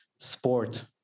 sport